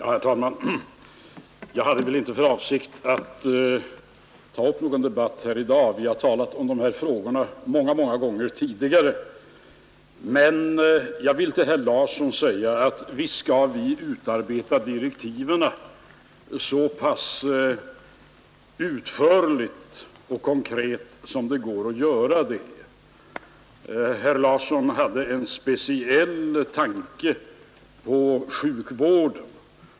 Herr talman! Jag hade inte för avsikt att ta upp någon debatt här i dag. Vi har ju talat om dessa frågor många gånger tidigare. Men jag vill till herr Larsson i Öskevik säga att visst skall vi utarbeta direktiven så pass utförligt och konkret som det över huvud taget är möjligt. Herr Larsson ägnade en speciell tanke åt sjukvården.